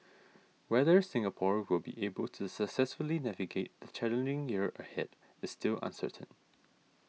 whether Singapore will be able to successfully navigate the challenging year ahead is still uncertain